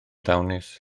ddawnus